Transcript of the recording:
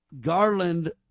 Garland